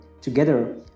together